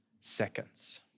seconds